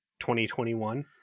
2021